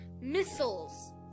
missiles